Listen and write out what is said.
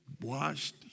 washed